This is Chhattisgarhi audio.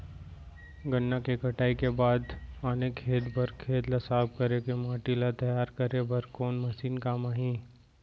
गन्ना के कटाई के बाद आने खेती बर खेत ला साफ कर के माटी ला तैयार करे बर कोन मशीन काम आही?